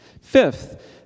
Fifth